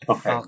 Okay